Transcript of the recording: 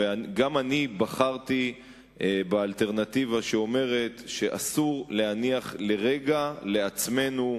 וגם אני בחרתי באלטרנטיבה שאומרת שאסור להניח לרגע לעצמנו,